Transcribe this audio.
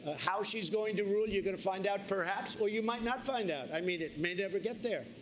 ah how she's going to rule, you're going to find out, perhaps, or you might not find out, i mean it may never get there,